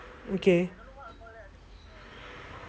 okay